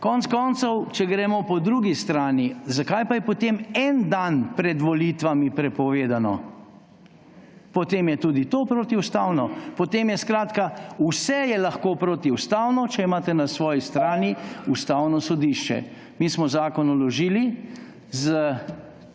Konec koncev, če gremo po drugi strani, zakaj pa je potem en dan pred volitvami prepovedano? Potem je tudi to protiustavno. Skratka, potem je lahko vse protiustavno, če imate na svoji strani Ustavno sodišče. Mi smo zakon vložili s